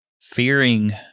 fearing